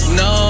no